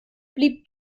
blieb